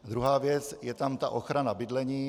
Druhá věc, je tam ochrana bydlení.